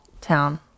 town